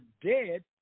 dead